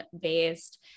based